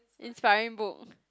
inspiring book